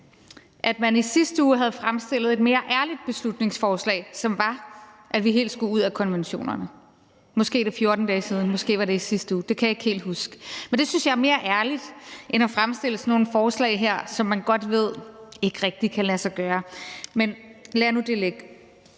at man i sidste uge fremsatte et mere ærligt beslutningsforslag om, at vi helt skulle ud af konventionerne. Måske er det 14 dage siden, måske var det i sidste uge. Det kan jeg ikke helt huske, men det synes jeg er mere ærligt end at fremsætte sådan nogle forslag her, som man godt ved ikke rigtig kan lade sig gøre. Men lad nu det ligge.